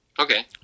Okay